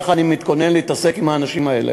ככה אני מתכונן להתעסק עם האנשים האלה.